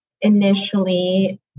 initially